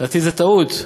לדעתי, זו טעות.